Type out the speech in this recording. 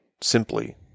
simply